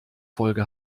folge